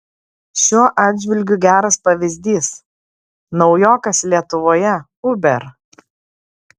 šiuo atžvilgiu geras pavyzdys naujokas lietuvoje uber